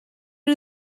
nhw